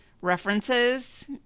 references